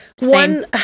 One